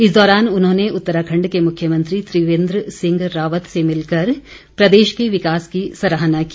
इस दौरान उन्होंने उत्तराखंड के मुख्यमंत्री त्रिवेन्द्र सिंह रावत से मिलकर प्रदेश के विकास की सराहना की